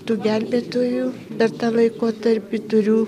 tų gelbėtojų per tą laikotarpį turiu